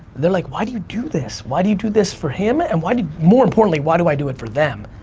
they're like why do you do this, why do you do this for him and why do you, more importantly, why do i do it for them?